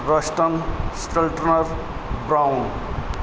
ਰਸਟਮ ਸਟਿਲਟਨਰ ਬ੍ਰਾਊਨ